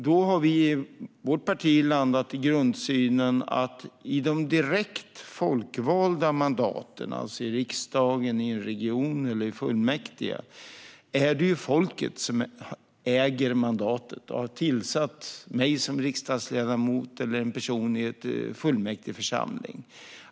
Vårt parti har landat i grundsynen att i de direkt folkvalda mandaten, i riksdag, region eller fullmäktige, är det folket som äger mandatet och har tillsatt mig som riksdagsledamot eller en person i en fullmäktigeförsamling.